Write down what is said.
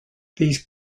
these